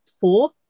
four